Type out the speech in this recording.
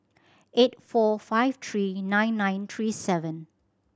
eight four five three nine nine three seven